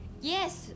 Yes